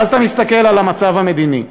ואז אתה מסתכל על המצב המדיני.